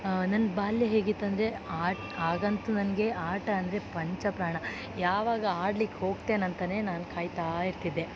ನನ್ನ ಬಾಲ್ಯ ಹೇಗಿತ್ತಂದರೆ ಆಟ ಆಗಂತು ನನಗೆ ಆಟ ಅಂದರೆ ಪಂಚಪ್ರಾಣ ಯಾವಾಗ ಆಡ್ಲಿಕ್ಕೆ ಹೋಗ್ತೇನೆ ಅಂತಲೇ ನಾನು ಕಾಯ್ತಾ ಇರ್ತಿದ್ದೆ